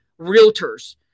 realtors